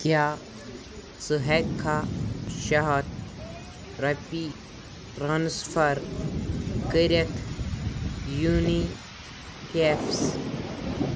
کیٛاہ ژٕ ہٮ۪کھا شےٚ ہَتھ رۄپیہِ ٹرانسفر کٔرِتھ یوٗنی کیفَس